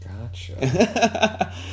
Gotcha